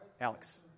Alex